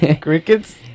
crickets